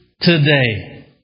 today